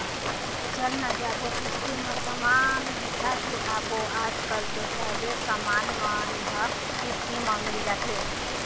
चल न जाबो किस्ती म समान बिसा के आबो आजकल तो सबे समान मन ह किस्ती म मिल जाथे